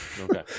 Okay